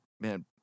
man